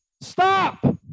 Stop